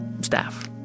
staff